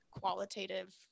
qualitative